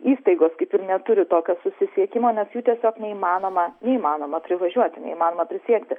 įstaigos kaip ir neturi tokio susisiekimo nes jų tiesiog neįmanoma neįmanoma privažiuoti neįmanoma prisiekti